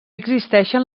existeixen